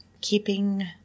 Keeping